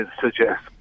suggest